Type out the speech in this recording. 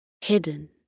hidden